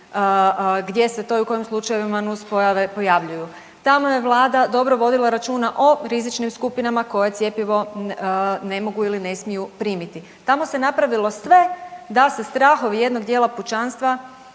gdje se to i u kojim slučajevima nuspojave pojavljuju. Tamo je Vlada dobro vodila računa o rizičnim skupinama koje cjepivo ne mogu ili ne smiju primiti, tamo se napravilo sve da se strahovi jednog dijela pučanstva